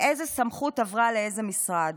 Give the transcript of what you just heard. איזו סמכות עברה לאיזה משרד,